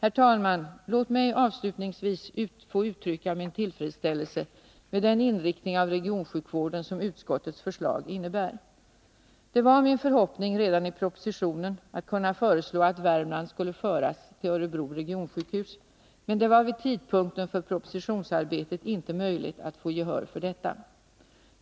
Herr talman! Låt mig avslutningsvis få uttrycka min tillfredsställelse med den inriktning av regionsjukvården som utskottets förslag innebär. Det var min förhoppning att redan i propositionen kunna föreslå att Värmland skulle föras till Örebro regionsjukhus, men det var vid tidpunkten för propositionsarbetet inte möjligt att få gehör för detta.